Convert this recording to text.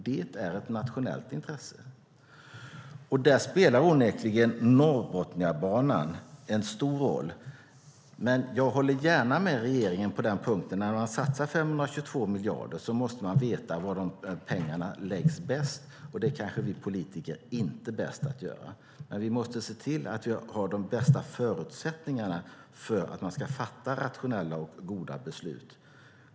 Det är ett nationellt intresse, och där spelar onekligen Norrbotniabanan stor roll. Men jag håller gärna med regeringen: När man satsar 522 miljarder kronor måste man veta var de pengarna läggs bäst, och vi politiker är kanske inte bäst på att avgöra det. Men vi måste se till att vi har de bästa förutsättningarna för att fatta rationella och goda beslut.